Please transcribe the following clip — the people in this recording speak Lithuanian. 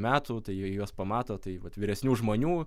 metų tai jie juos pamato tai vat vyresnių žmonių